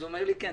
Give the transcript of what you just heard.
אז אמרו לי: כן,